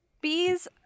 Bees